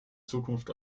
zukunft